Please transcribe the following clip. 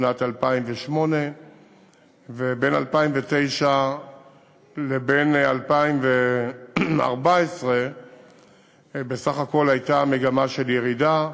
בשנת 2008. בין 2009 לבין 2014 בסך הכול הייתה מגמה של ירידה.